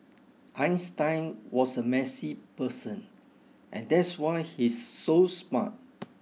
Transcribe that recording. Einstein was a messy person and that's why he's so smart